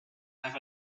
have